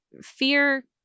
fear